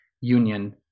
union